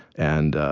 and